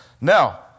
Now